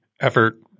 effort